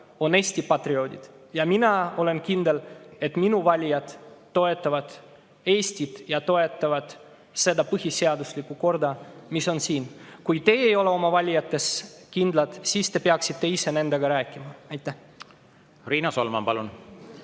on Eesti patrioodid, ning mina olen kindel, et minu valijad toetavad Eestit ja seda põhiseaduslikku korda, mis on siin. Kui teie ei ole oma valijates kindlad, siis te peaksite ise nendega rääkima. Riina Solman, palun!